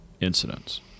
Incidents